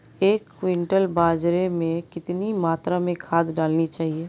एक क्विंटल बाजरे में कितनी मात्रा में खाद डालनी चाहिए?